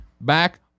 back